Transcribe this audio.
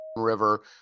river